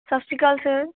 ਸਤਿ ਸ਼੍ਰੀ ਅਕਾਲ ਸਰ